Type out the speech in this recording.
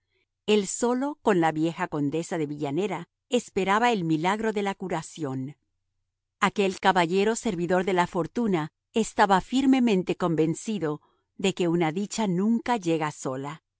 el solo con la vieja condesa de villanera esperaba el milagro de la curación aquel caballero servidor de la fortuna estaba firmemente convencido de que una dicha nunca llega sola